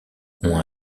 ont